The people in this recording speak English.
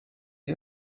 you